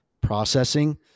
processing